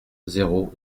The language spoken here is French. zéro